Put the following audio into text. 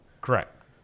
correct